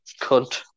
Cunt